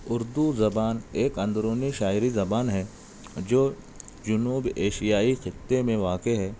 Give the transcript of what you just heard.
اردو زبان ایک اندرونی شاعری زبان ہے جو جنوب ایشیائی خطے میں واقع ہے